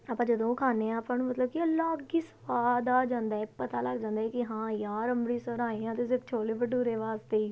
ਆਪਾਂ ਜਦੋਂ ਉਹ ਖਾਂਦੇ ਹਾਂ ਆਪਾਂ ਨੂੰ ਮਤਲਬ ਕਿ ਅਲੱਗ ਹੀ ਸਵਾਦ ਆ ਜਾਂਦਾ ਪਤਾ ਲੱਗ ਜਾਂਦਾ ਹੈ ਕਿ ਹਾਂ ਯਾਰ ਅੰਮ੍ਰਿਤਸਰ ਆਏ ਹਾਂ ਤਾਂ ਸਿਰਫ਼ ਛੋਲੇ ਭਟੂਰੇ ਵਾਸਤੇ ਹੀ